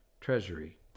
treasury